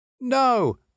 No